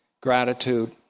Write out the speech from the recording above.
gratitude